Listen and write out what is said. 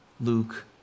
Luke